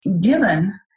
given